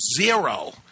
zero